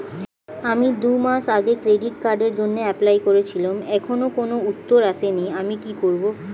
আমি দুমাস আগে ক্রেডিট কার্ডের জন্যে এপ্লাই করেছিলাম এখনো কোনো উত্তর আসেনি আমি কি করব?